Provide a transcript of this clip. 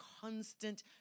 constant